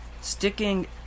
Sticking